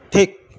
ঠিক